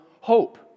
hope